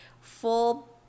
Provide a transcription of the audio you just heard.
full